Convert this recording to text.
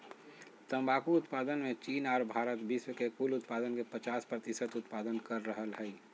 तंबाकू उत्पादन मे चीन आर भारत विश्व के कुल उत्पादन के पचास प्रतिशत उत्पादन कर रहल हई